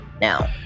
now